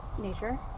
nature